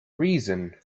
reason